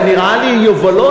זה נראה יובלות.